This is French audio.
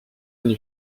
une